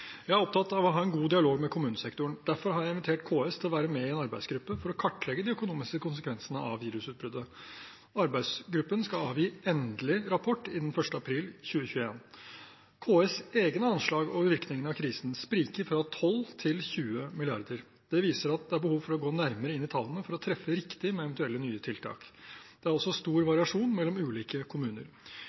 Jeg er opptatt av å ha en god dialog med kommunesektoren. Derfor har jeg invitert KS til å være med i en arbeidsgruppe for å kartlegge de økonomiske konsekvensene av virusutbruddet. Arbeidsgruppen skal avgi endelig rapport innen 1. april 2021. KS’ egne anslag over virkningene av krisen spriker fra 12 mrd. kr til 20 mrd. kr. Det viser at det er behov for å gå nærmere inn i tallene for å treffe riktig med eventuelle nye tiltak. Det er også stor variasjon mellom ulike kommuner.